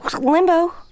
Limbo